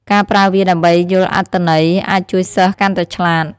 ការប្រើវាដើម្បីយល់អត្ថន័យអាចជួយសិស្សកាន់តែឆ្លាត។